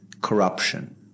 corruption